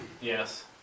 Yes